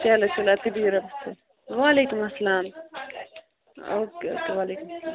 چلو چلو اَدٕ بِہِو رۄبَس وعلیکُم اسلام اوکے اوکے وعلیکُم